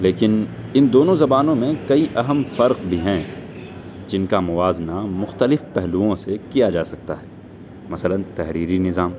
لیکن ان دونوں زبانوں میں کئی اہم فرق بھی ہیں جن کا موازنہ مختلف پہلوؤں سے کیا جا سکتا ہے مثلاً تحریری نظام